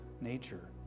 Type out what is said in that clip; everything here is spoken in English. nature